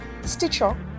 Stitcher